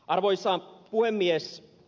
arvoisa puhemies